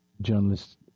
journalists